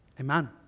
Amen